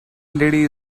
lady